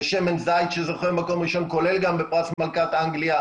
ושמן זית שזוכה במקום ראשון כולל גם בפרס מלכת אנגליה,